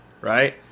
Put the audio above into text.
right